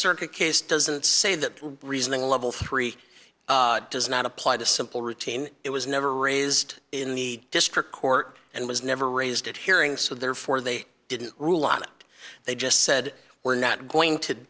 circuit case doesn't say that reasoning level three does not apply to simple routine it was never raised in the district court and was never raised at hearing so therefore they didn't rule out they just said we're not going to